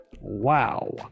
wow